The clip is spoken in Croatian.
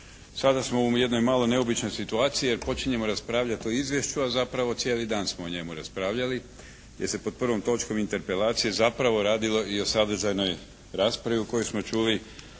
Sada smo u jednoj malo neobičnoj situaciji jer počinjemo raspravljati o izvješću a zapravo cijeli dan smo o njemu raspravljali, jer se pod prvom točkom interpelacije zapravo radilo i o sadržajnoj raspravi u kojoj smo čuli